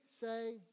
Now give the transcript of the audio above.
say